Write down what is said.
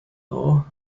law